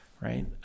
right